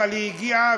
אבל היא הגיעה,